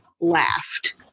laughed